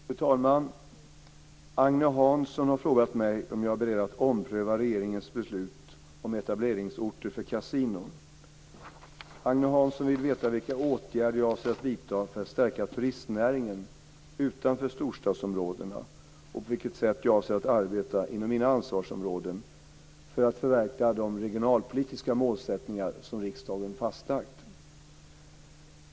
Fru talman! Agne Hansson har frågat mig om jag är beredd att ompröva regeringens beslut om etableringsorter för kasinon. Agne Hansson vill veta vilka åtgärder jag avser att vidta för att stärka turistnäringen utanför storstadsområdena och på vilket sätt jag avser att arbeta, inom mina ansvarsområden, för att förverkliga de regionalpolitiska målsättningar som riksdagen fastslagit.